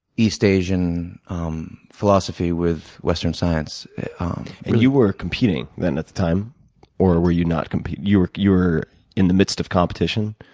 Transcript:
east asian um philosophy with western science. and you were competing, then, at the time or were you not competing? you were you were in the midst of competition?